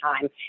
time